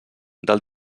del